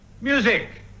music